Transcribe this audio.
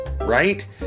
right